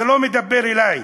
זה לא מדבר אלי.